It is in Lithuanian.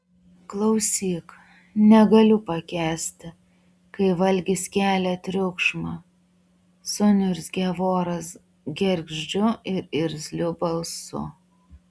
klausyk negaliu pakęsti kai valgis kelia triukšmą suniurzgė voras gergždžiu ir irzliu balsu